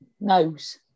Nose